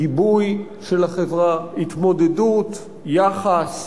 גיבוי של החברה, התמודדות, יחס,